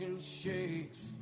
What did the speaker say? shakes